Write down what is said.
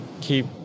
keep